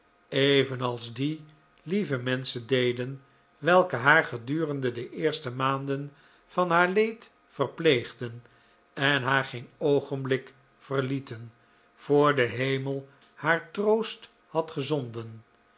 evenals die lieve menschen deden welke haar gedurende de eerste maanden van haar leed verpleegden en haar geen oogenblik verlieten voor de hemel haar troost had gezonden